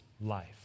life